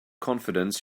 confidence